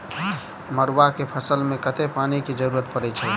मड़ुआ केँ फसल मे कतेक पानि केँ जरूरत परै छैय?